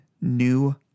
new